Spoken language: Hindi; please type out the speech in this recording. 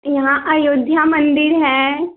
यहाँ अयोध्या मंदिर है